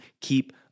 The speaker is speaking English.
keep